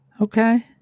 Okay